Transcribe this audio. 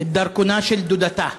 את דרכונה של דודתה.